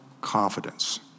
confidence